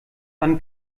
dann